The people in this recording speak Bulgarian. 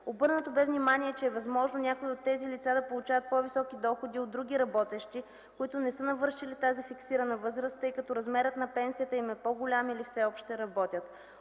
Обърнато бе внимание, че е възможно някои от тези лица да получават по-високи доходи от други работещи, които не са навършили тази фиксирана възраст, тъй като размерът на пенсията им е по-голям или все още работят.